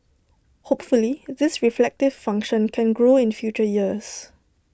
hopefully this reflective function can grow in future years